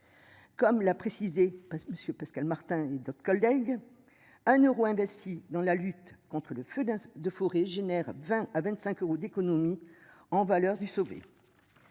Comme l'a précisé Monsieur Pascal Martin, d'autres collègues. Un euro investi dans la lutte contre le feu de forêt génère 20 à 25 euros d'économies en valeur du.